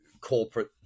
corporate